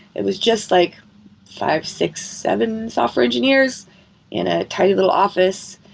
it was just like five, six, seven software engineers in a tiny little office.